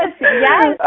Yes